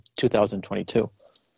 2022